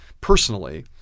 personally